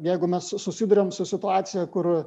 jeigu mes susiduriam su situacija kur